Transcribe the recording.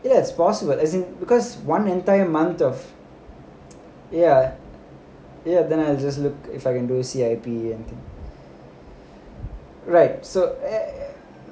it's possible as in because one entire month of ya ya then I just look if I can do C_I_P and right so